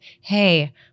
hey